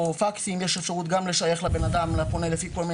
או פקסים שיש אפשרות לשייך לפונה.